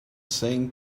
thing